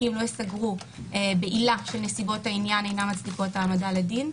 תיקים לא ייסגרו בעילה שנסיבות העניין אינן מצדיקות העמדה לדין,